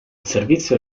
servizio